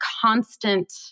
constant